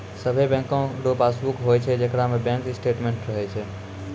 सभे बैंको रो पासबुक होय छै जेकरा में बैंक स्टेटमेंट्स रहै छै